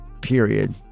Period